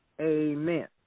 Amen